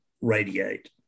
radiate